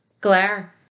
Glare